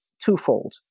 twofold